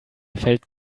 felt